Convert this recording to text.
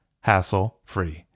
hassle-free